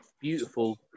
beautiful